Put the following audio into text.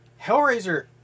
Hellraiser